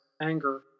anger